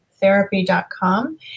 therapy.com